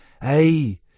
Hey